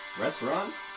Restaurants